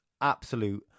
absolute